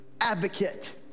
advocate